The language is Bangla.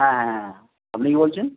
হ্যাঁ হ্যাঁ হ্যাঁ আপনি কে বলছেন